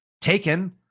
taken